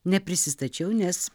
neprisistačiau nes